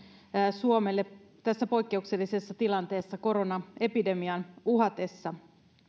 suomelle tässä poikkeuksellisessa tilanteessa koronaepidemian uhatessa